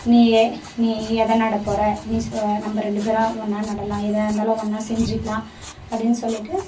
நீ எ நீ எதை நட போகற நீ சொ நம்ப ரெண்டு பேரும் ஒன்னாக நடலாம் எதாக இருந்தாலும் ஒன்னாக செஞ்சுக்கிலாம் அப்படின்னு சொல்லிவிட்டு